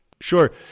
Sure